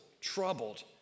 troubled